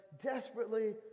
desperately